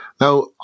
Now